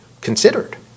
considered